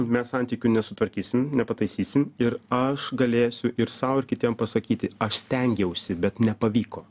mes santykių nesutvarkysim nepataisysim ir aš galėsiu ir sau ir kitiem pasakyti aš stengiausi bet nepavyko